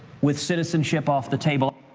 with citizenship off the table.